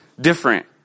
different